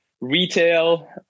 retail